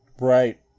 Right